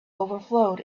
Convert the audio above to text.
overflowed